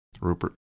Rupert